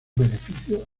beneficio